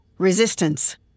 Resistance